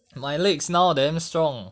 my legs now damn strong